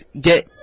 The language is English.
Get